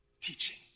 teaching